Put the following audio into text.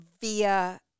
via